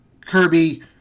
Kirby